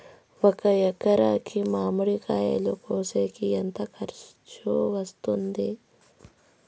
ఒక ఎకరాకి మామిడి కాయలు కోసేకి ఎంత ఖర్చు వస్తుంది?